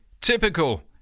typical